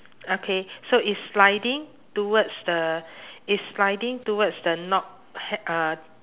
okay so it's sliding towards the it's sliding towards the knob h~ uh